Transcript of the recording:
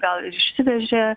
gal išsivežė